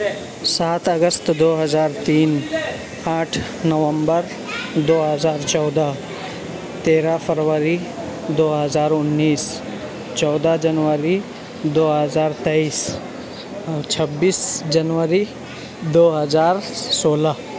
سات اگست دو ہزار تین آٹھ نومبر دو ہزار چودہ تیرہ فروری دو ہزار انّیس چودہ جنوری دو ہزار تئیس اور چھبیس جنوری دو ہزار سولہ